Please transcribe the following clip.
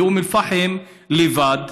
באום אל-פחם בלבד,